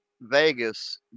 Vegas